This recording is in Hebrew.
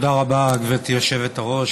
תודה רבה, גברתי היושבת-ראש.